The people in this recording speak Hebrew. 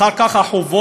אחר כך החובות